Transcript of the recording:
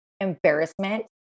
embarrassment